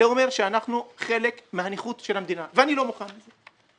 זה אומר שאנחנו חלק מהנכות של המדינה ואני לא מוכן לזה.